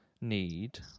need